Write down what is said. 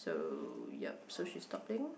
so yup so she stops playing